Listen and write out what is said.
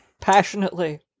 passionately